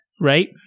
right